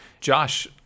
Josh